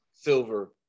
silver